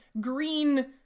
green